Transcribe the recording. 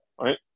right